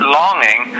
longing